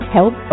Help